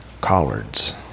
collards